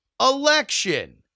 election